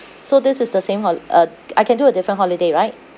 so this is the same hol~ uh I can do a different holiday right